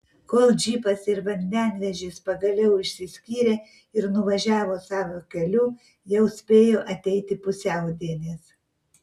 kol džipas ir vandenvežis pagaliau išsiskyrė ir nuvažiavo savo keliu jau spėjo ateiti pusiaudienis